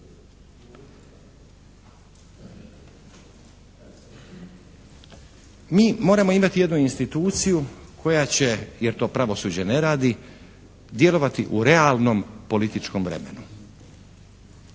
Mi moramo imati jednu instituciju koja će, jer to pravosuđe ne radi, djelovati u realnom političkom vremenu.